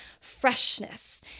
freshness